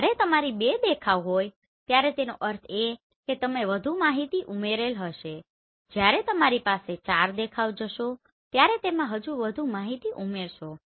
જ્યારે તમારી 2 દેખાવ હોય ત્યારે તેનો અર્થ એ છે કે તમે વધુ માહિતી ઉમેરેલ હશે જ્યારે તમારી પાસે 4 દેખાવ જશો ત્યારે તેમાં હજુ વધુ માહિતી ઉમેરશો